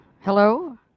Hello